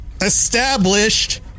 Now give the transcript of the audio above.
established